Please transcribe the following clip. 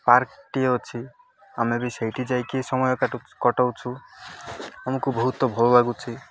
ପାର୍କଟିଏ ଅଛି ଆମେ ବି ସେଇଠି ଯାଇକି ସମୟ କଟାଉଛୁ ଆମକୁ ବହୁତ ଭଲ ଲାଗୁଛି